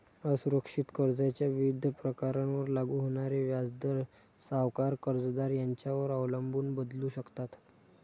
असुरक्षित कर्जाच्या विविध प्रकारांवर लागू होणारे व्याजदर सावकार, कर्जदार यांच्यावर अवलंबून बदलू शकतात